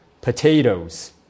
Potatoes